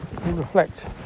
reflect